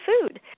food